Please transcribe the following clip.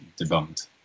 debunked